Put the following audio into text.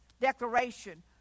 declaration